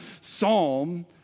psalm